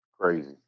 Crazy